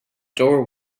door